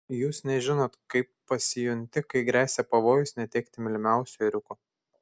jūs nežinot kaip pasijunti kai gresia pavojus netekti mylimiausio ėriuko